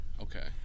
Okay